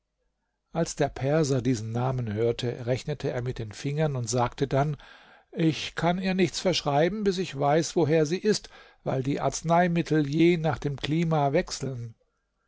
als der perser diesen namen hörte rechnete er mit den fingern und sagte dann ich kann ihr nichts verschreiben bis ich weiß woher sie ist weil die arzneimittel je nach dem klima wechseln